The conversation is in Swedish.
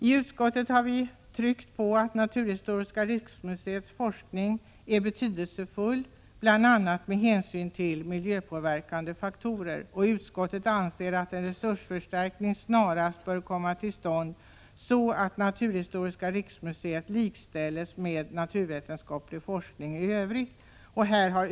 I utskottet har vi betonat att naturhistoriska riksmuseets forskning är betydelsefull, bl.a. med hänsyn till miljöpåverkande faktorer. Utskottet anser att en resursförstärkning snarast bör komma till stånd, så att naturhistoriska riksmuseets forskning likställs med naturvetenskaplig forskning i övrigt.